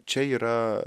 čia yra